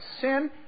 sin